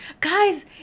guys